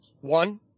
one